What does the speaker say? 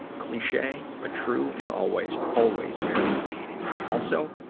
cliche, but true and always, always bears repeating. also,